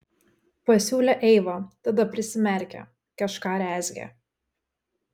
pasiūlė eiva tada prisimerkė kažką rezgė